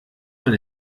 man